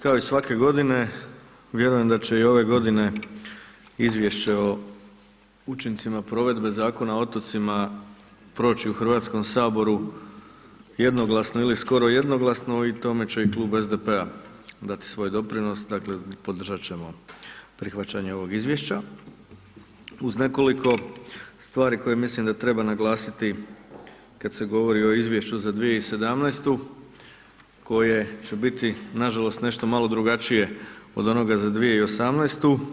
Kao i svake godine, vjerujem da će i ove godine izvješće o učincima provedbe Zakona o otocima proći u Hrvatskom saboru jednoglasno ili skoro jednoglasno i tome će i Klub SDP-a dati svoj doprinos, dakle, podržati ćemo prihvaćanje ovog izvješća, uz nekoliko stvari koje mislim da treba naglasiti kada se govori o izvješću za 2017. koje će biti nažalost nešto malo drugačije od onoga za 2018.